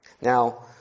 now